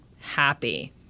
happy